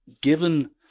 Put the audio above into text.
given